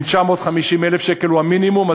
אם 950,000 שקל זה המינימום,